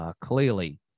clearly